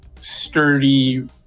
sturdy